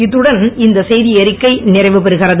இத்துடன் இந்த செய்தியறிக்கை நிறைவுபெறுகிறது